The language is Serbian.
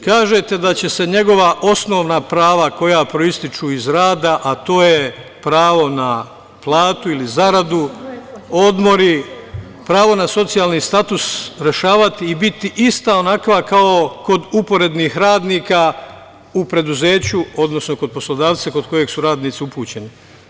Kažete da će se njegova osnovna prava koja proističu iz rada, a to je pravo na platu ili zaradu, odmori, pravo na socijalni status rešavati i biti ista onakva kao kod uporednih radnika u preduzeću, odnosno kod poslodavca kod kojeg su radnici upućeni.